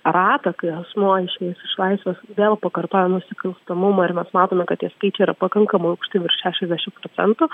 ratą kai asmuo išėjęs iš laisvės vėl pakartoja nusikalstamumą ir mes matome kad tie skaičiai yra pakankamai aukšti virš šešiasdešim procentų